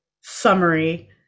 summary